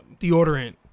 deodorant